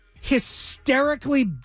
hysterically